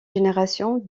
génération